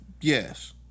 Yes